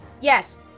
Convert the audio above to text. Yes